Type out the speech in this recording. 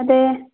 അതെ